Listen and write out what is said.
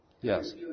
Yes